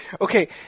Okay